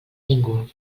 ningú